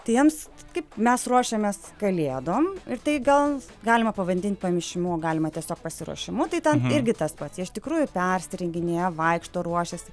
tai jiems kaip mes ruošiamės kalėdom ir tai gal galima pavadint pamišimu o galima tiesiog pasiruošimu tai ten irgi tas pats jie iš tikrųjų persirenginėja vaikšto ruošiasi